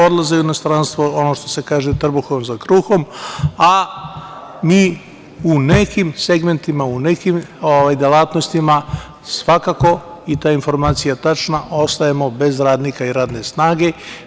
Odlaze u inostranstvo, što se kaže - trbuhom za kruhom, dok mi u nekim segmentima, u nekim delatnostima, svakako, i ta je informacija tačna, ostajemo bez radnika i radne snage.